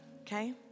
Okay